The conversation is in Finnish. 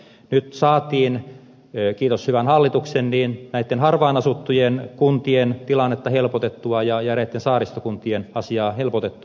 nyt saatiin kiitos hyvän hallituksen harvaan asuttujen kuntien tilannetta helpotettua ja saaristokuntien asiaa helpotettua